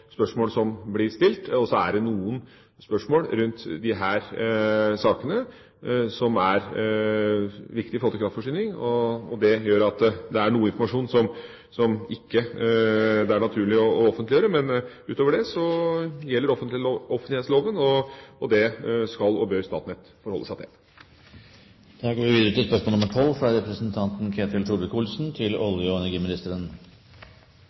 spørsmål som blir stilt. Så er det noen spørsmål rundt disse sakene som er viktig for kraftforsyninga, og det gjør at det er noe informasjon som det ikke er naturlig å offentliggjøre. Men utover det gjelder offentlighetsloven, og det skal og bør Statnett forholde seg til. «På møte mellom stortingsbenken fra Rogaland og aktører på Haugalandet 26. april 2010 uttalte Gassco at dagens prognoser for norsk sokkel viser redusert ressurstilgang til